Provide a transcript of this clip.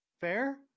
Fair